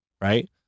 right